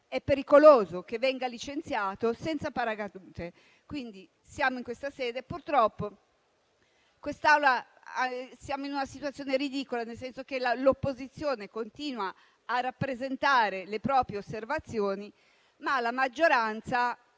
è pericoloso che il testo venga licenziato senza paracadute. Purtroppo in quest'Aula siamo in una situazione ridicola, nel senso che l'opposizione continua a rappresentare le proprie osservazioni, ma la maggioranza